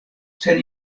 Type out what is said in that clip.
sen